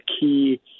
key